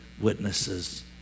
witnesses